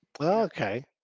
Okay